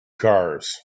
cars